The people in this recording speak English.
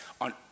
on